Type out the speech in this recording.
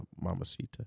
Mamacita